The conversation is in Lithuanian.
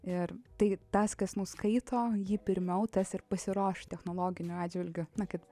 ir tai tas kas mus skaito jį pirmiau tas ir pasiruoš technologiniu atžvilgiu kad